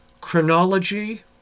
Chronology